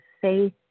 faith